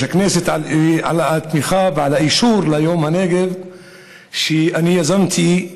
הכנסת על התמיכה ועל האישור ליום הנגב שאני יזמתי,